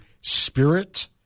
Spirit